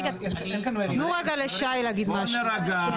שנייה --- בואו נירגע,